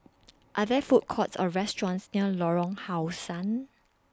Are There Food Courts Or restaurants near Lorong How Sun